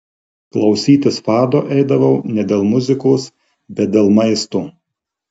klausytis fado eidavau ne dėl muzikos bet dėl maisto